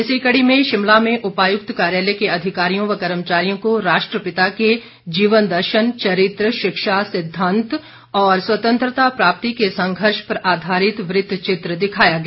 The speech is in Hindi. इसी कड़ी में शिमला में उपायुक्त कार्यालय के अधिकारियों व कर्मचारियों को राष्ट्रपिता के जीवन दर्शन चरित्र शिक्षा सिद्धांत और स्वतंत्रता प्राप्ति के संघर्ष पर आधारित वृत चित्र दिखाया गया